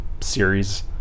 series